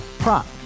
Prop